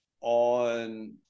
on